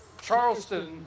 Charleston